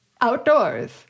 outdoors